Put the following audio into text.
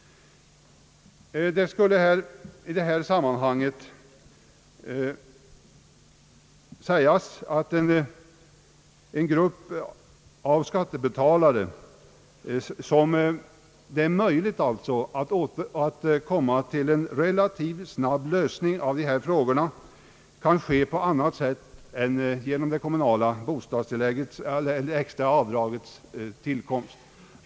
Det skall i detta sammanhang sägas, att det för en grupp av skattebetalare är möjligt att komma till en relativt snabb lösning av dessa frågor på annat sätt än genom det extra avdragets tillkomst.